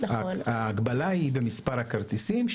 ההגבלה היא במספר הכרטיסים.